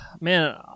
man